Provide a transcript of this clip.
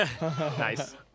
nice